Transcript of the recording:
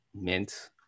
Mint